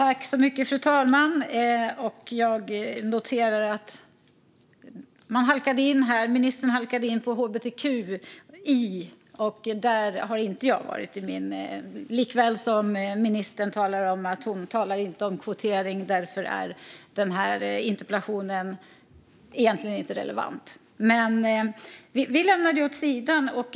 Fru talman! Jag noterar att ministern halkade in på hbtqi. Där har inte jag varit. Ministern sa också att hon inte talar om kvotering och att denna interpellation därför egentligen inte är relevant. Men vi lägger det åt sidan.